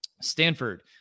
Stanford